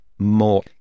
more